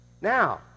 Now